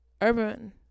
Urban